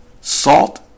Salt